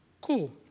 cool